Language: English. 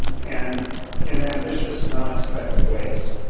and in ambitious and unexpected ways.